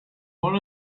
one